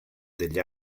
degli